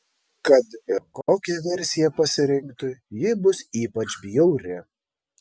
kad ir kokią versiją pasirinktų ji bus ypač bjauri